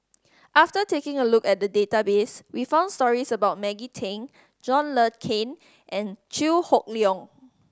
after taking a look at the database we found stories about Maggie Teng John Le Cain and Chew Hock Leong